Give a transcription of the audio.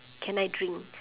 can I drink